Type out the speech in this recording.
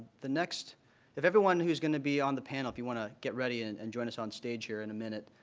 the next if everyone who is going to be on the panel if you want to get ready and and join us on stage here in a minute?